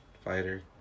Fighter